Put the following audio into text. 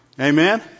Amen